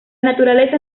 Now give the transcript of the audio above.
naturaleza